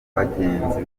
bagenzi